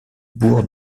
bourg